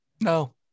No